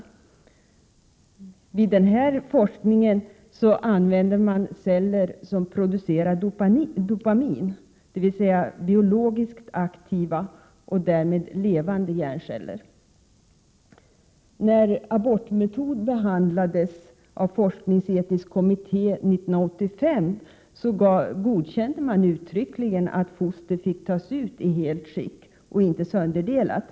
37 Vid denna forskning om åldersförändringar i hjärnan använder man celler som producerar dopamin, dvs. biologiskt aktiva och levande hjärnceller. När abortmetoder år 1985 behandlades av forskningsetiska kommittén, godkände man uttryckligen att fostret fick tas ut i helt skick och inte sönderdelat.